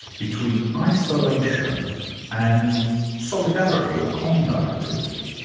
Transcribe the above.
between isolation and solidarity, or communal activity,